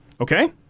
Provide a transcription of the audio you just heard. Okay